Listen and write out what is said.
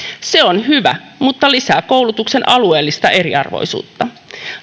se on hyvä mutta lisää koulutuksen alueellista eriarvoisuutta